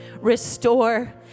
restore